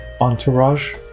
entourage